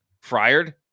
fired